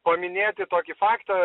paminėti tokį faktą